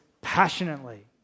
passionately